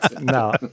no